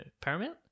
Paramount